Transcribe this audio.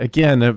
Again